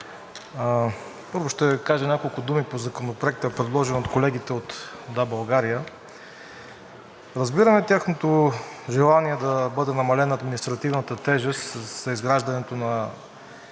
Първо, ще кажа няколко думи по Законопроекта, предложен от колегите от „Да, България“. Разбираме тяхното желание да бъде намалена административната тежест за изграждането на